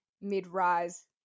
mid-rise